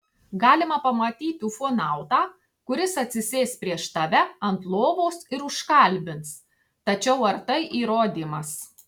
galima pamatyti ufonautą kuris atsisės prieš tave ant lovos ir užkalbins tačiau ar tai įrodymas